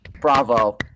bravo